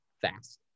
fast